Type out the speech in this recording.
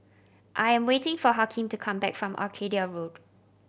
I am waiting for Hakeem to come back from Arcadia Road